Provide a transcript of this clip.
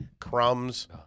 crumbs